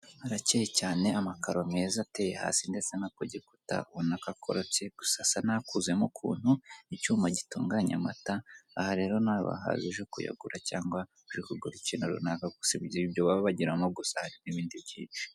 Harakeye cyane amakaro meza ateye hasi ndetse no kugikuta ubonako akoropye gusa asa naho akuzemo ukuntu, icyuma gitunganya amata aha rero nawe wahaza uje kuyagura cyangwa uje kuhagura ikintu runaka gusa sibyo baba bagiramo gusa hari n'ibindi byinshi.